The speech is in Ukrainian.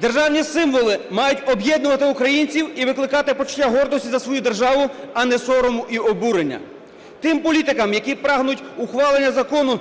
Державні символи мають об'єднувати українців і викликати почуття гордості за свою державу, а не сорому і обурення. Тим політикам, які прагнуть ухвалення закону